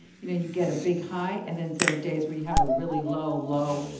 you know you get a big high and then there are days where you have a really low low.